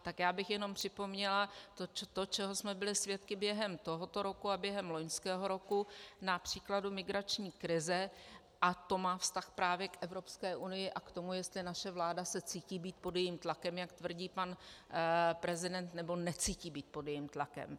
Tak já bych jenom připomněla to, čeho jsme byli svědky během tohoto a během loňského roku na příkladu migrační krize a to má vztah právě k Evropské unii a k tomu, jestli naše vláda se cítí být pod jejím tlakem, jak tvrdí pan prezident, nebo necítí být pod jejím tlakem.